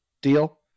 Deal